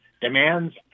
demands